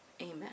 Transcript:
amen